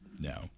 No